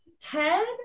Ted